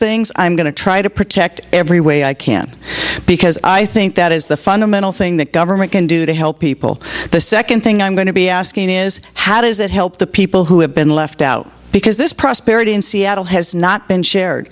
things i'm going to try to protect every way i can because i think that is the fundamental thing that government can do to help people the second thing i'm going to be asking is how does it help the people who have been left out because this prosperity in seattle has not been shared